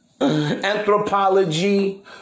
anthropology